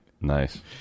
Nice